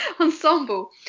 Ensemble